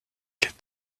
est